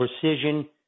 precision